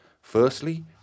Firstly